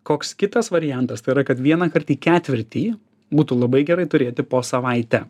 koks kitas variantas tai yra kad vienąkart į ketvirtį būtų labai gerai turėti po savaitę